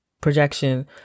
projection